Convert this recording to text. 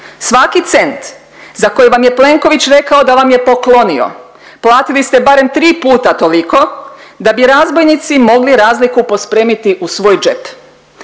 Svaki cent za koji vam je Plenković rekao da vam je poklonio platili ste barem tri puta toliko, da bi razbojnici mogli razliku pospremiti u svoj džep.